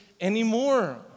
anymore